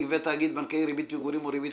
תאגיד בנקאי לא יגבה ריבית פיגורים או ריבית